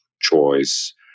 choice